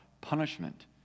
punishment